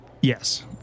Yes